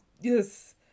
Yes